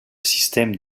système